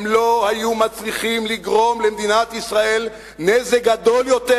הם לא היו מצליחים לגרום למדינת ישראל נזק גדול יותר